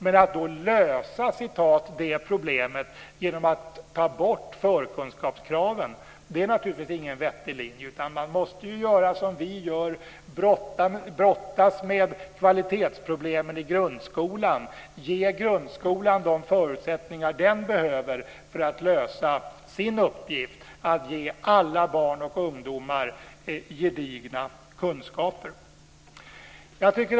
Men att då så att säga lösa det problemet genom att ta bort förkunskapskraven är naturligtvis ingen vettig linje. Man måste göra som vi gör, brottas med kvalitetsproblemen i grundskolan och ge grundskolan de förutsättningar den behöver för att lösa sin uppgift att ge alla barn och ungdomar gedigna kunskaper.